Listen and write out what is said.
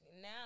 now